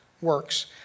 works